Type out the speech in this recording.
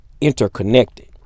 interconnected